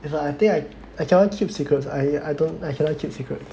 if I think I I cannot keep secrets I I don't I cannot keep secrets